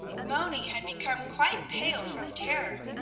moni had become quite pale from terror.